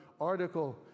article